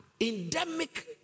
endemic